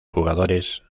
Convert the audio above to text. jugadores